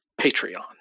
patreon